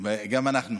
גם אנחנו.